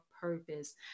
purpose